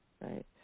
Right